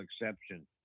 exception